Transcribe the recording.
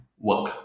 work